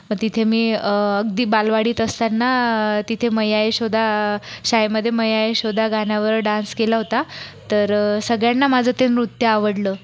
पण तिथे मी अगदी बालवाडीत असताना तिथे मैया यशोदा शाळेमध्ये मैया यशोदा गाण्यावर डान्स केला होता तर सगळ्यांना माझं ते नृत्य आवडलं